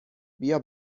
بیا